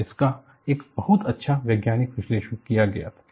और इसका एक बहुत अच्छा वैज्ञानिक विश्लेषण किया गया था